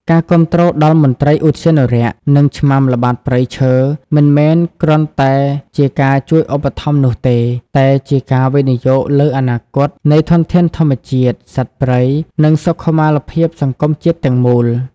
ការគាំទ្រដល់មន្ត្រីឧទ្យានុរក្ស និងឆ្មាំល្បាតព្រៃឈើ មិនមែនគ្រាន់តែជាការជួយឧបត្ថម្ភនោះទេ តែជា ការវិនិយោគលើអនាគត នៃធនធានធម្មជាតិ សត្វព្រៃ និងសុខុមាលភាពសង្គមជាតិទាំងមូល។